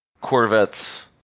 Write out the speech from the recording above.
Corvette's